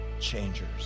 changers